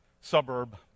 suburb